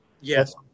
Yes